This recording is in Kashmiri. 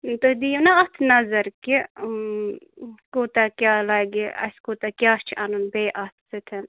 تُہۍ دِیِو نا اَتھ نَظر کہِ کوٗتاہ کیٛاہ لَگہِ اَسہِ کوٗتاہ کیٛاہ چھُ اَنُن بیٚیہِ اَتھ سۭتۍ